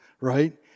right